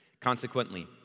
Consequently